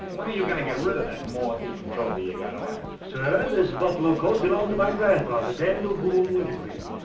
when are you going to get rid of that moth-eaten trophy you and got on? sir, this buffalo coat belonged to my grandfather, daniel boone wintergreen.